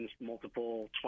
multiple